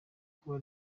kuba